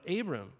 Abram